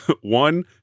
one